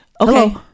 okay